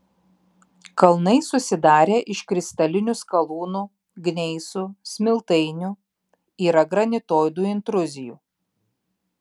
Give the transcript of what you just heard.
kalnai susidarę iš kristalinių skalūnų gneisų smiltainių yra granitoidų intruzijų